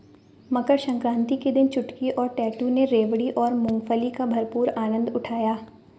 मकर सक्रांति के दिन चुटकी और टैटू ने रेवड़ी और मूंगफली का भरपूर आनंद उठाया